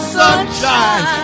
sunshine